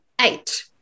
eight